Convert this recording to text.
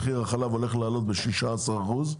מחיר החלב הולך לעלות ב-16 אחוזים,